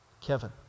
Kevin